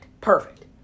Perfect